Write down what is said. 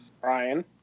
Brian